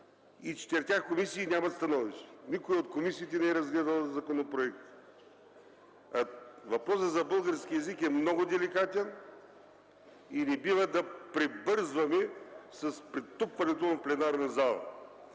и четирите комисии нямат становища. Никоя от комисиите не е разгледала законопроекта, а въпросът за българския език е много деликатен и не бива да прибързваме с претупването му в пленарната зала.